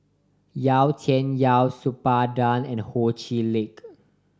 Yau Tian Yau Suppiah Dan and Ho Chee Lick